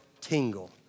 tingle